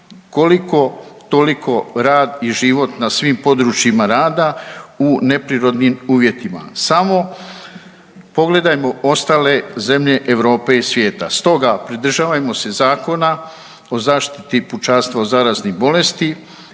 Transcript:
koliko toliko rad i život na svim područjima rada u neprirodnim uvjetima, samo pogledajmo ostale zemlje Europe i svijeta. Stoga, pridržavajmo se Zakona o zaštiti pučanstava od zaraznih bolesti